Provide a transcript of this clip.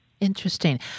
Interesting